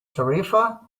tarifa